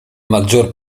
maggior